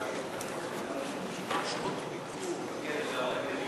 (שעות ביקור במענו של צרכן),